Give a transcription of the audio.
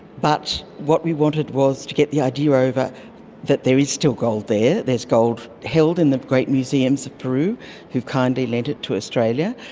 but what we wanted was to get the idea over that there is still gold there, there's gold held in the great museums of peru who have kindly lent it to australia.